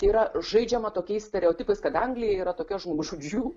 yra žaidžiama tokiais stereotipais kad anglijoje yra tokia žmogžudžių